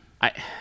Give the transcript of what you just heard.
I-